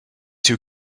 two